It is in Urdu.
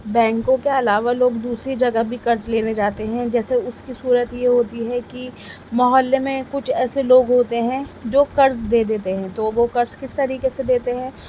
بینکوں کے علاوہ لوگ دوسری جگہ بھی قرض لینے جاتے ہیں جیسے اس کی صورت یہ ہوتی ہے کہ محلے میں کچھ ایسے لوگ ہوتے ہیں جو قرض دے دیتے ہیں تو وہ قرض کس طریقے سے دیتے ہیں